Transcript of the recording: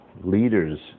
leaders